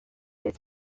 its